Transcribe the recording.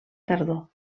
tardor